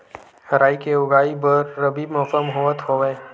राई के उगाए बर रबी मौसम होवत हवय?